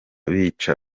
bica